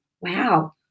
wow